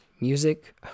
music